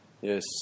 Yes